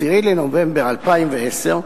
10 בנובמבר 2010,